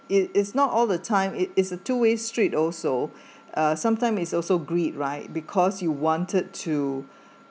it is not all the time it is a two way street also uh sometime is also greed right because you wanted to